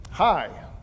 Hi